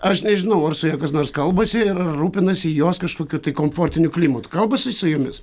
aš nežinau ar su ja kas nors kalbasi ir ar rūpinasi jos kažkokiu tai komfortiniu klimatu kalbasi su jumis